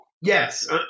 Yes